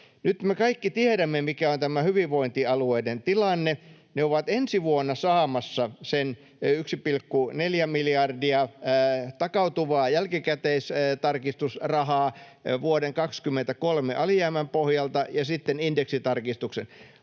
Nyt me kaikki tiedämme, mikä on hyvinvointialueiden tilanne. Ne ovat ensi vuonna saamassa sen 1,4 miljardia takautuvaa jälkikäteistarkistusrahaa vuoden 23 alijäämän pohjalta ja sitten indeksitarkistuksen.